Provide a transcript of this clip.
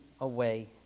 away